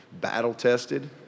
battle-tested